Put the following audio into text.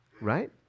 Right